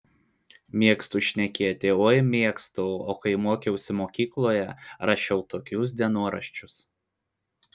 mėgstu šnekėti oi mėgstu o kai mokiausi mokykloje rašiau tokius dienoraščius